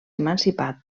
emancipat